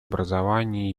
образования